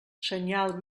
senyal